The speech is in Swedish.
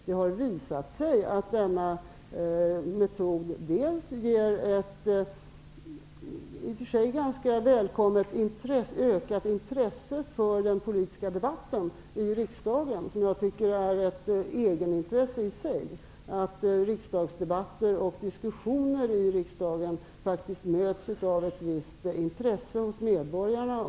Det har visat sig att denna metod ger ett i och för sig ganska välkommet ökat intresse för den politiska debatten i riksdagen. Jag tycker att det är ett intresse i sig att riksdagsdebatter och diskussioner i riksdagen faktiskt möts av ett visst intresse hos medborgarna.